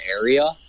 area